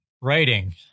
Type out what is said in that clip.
Writing